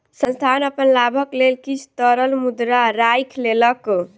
संस्थान अपन लाभक लेल किछ तरल मुद्रा राइख लेलक